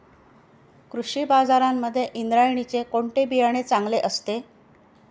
कृषी बाजारांमध्ये इंद्रायणीचे कोणते बियाणे चांगले असते?